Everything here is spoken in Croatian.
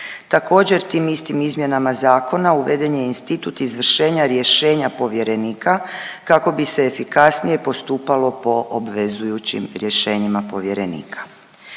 Također, tim istim izmjenama zakona uveden je institut izvršenja rješenja povjerenika kako bi se efikasnije postupalo po obvezujućim rješenjima povjerenika.